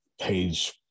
Page